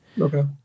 Okay